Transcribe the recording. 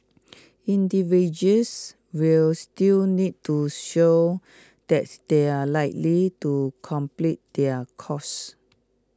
individuals will still need to show that they are likely to complete their courses